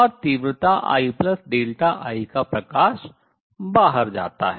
और तीव्रता II का प्रकाश बाहर जाता है